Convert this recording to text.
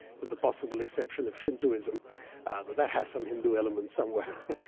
with the possible exception of shintoism, though that has some hindu elements somewhere.